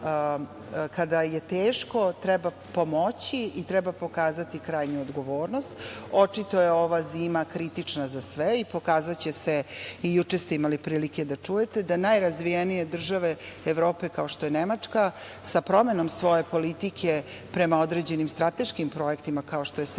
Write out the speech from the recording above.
kada je teško treba pomoći i treba pokazati krajnju odgovornost. Očito je ova zima kritična za sve i pokazaće se… I juče ste imali prilike da čujete da najrazvijenije države Evrope, kao što je Nemačka, sa promenom svoje politike prema određenim strateškim projektima, kao što je